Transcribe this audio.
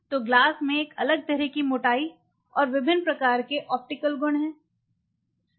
तो ग्लास में एक अलग तरह की मोटाई और विभिन्न प्रकार के ऑप्टिकल गुण होते हैं